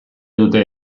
dute